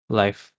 life